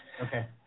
okay